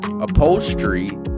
upholstery